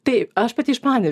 tai aš pati iš pane